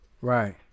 Right